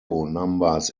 numbers